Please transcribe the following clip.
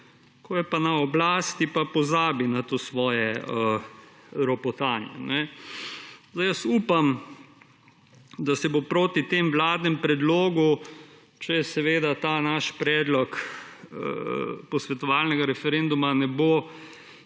ko je pa na oblasti pa pozabi na to svoje ropotanje. Jaz upam, da se bo proti tem vladne predlogu, če ta naš predlog posvetovalnega referenduma ne bo sprejet,